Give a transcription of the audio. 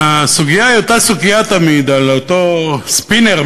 והסוגיה היא אותה סוגיה תמיד, על אותו "ספינרמן",